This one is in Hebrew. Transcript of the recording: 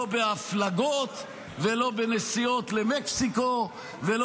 לא בהפלגות ולא בנסיעות למקסיקו ולא